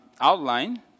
outline